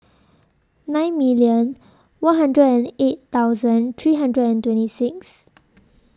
nine million one hundred and eight thousand three hundred and twenty six